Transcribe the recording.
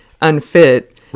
unfit